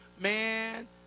man